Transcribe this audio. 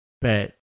But-